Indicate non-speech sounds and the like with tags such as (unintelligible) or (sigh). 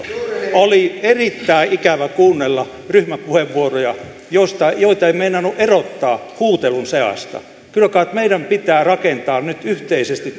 oli erittäin ikävä kuunnella ryhmäpuheenvuoroja joita ei meinannut erottaa huutelun seasta kyllä kai meidän pitää rakentaa nyt yhteisesti (unintelligible)